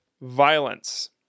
violence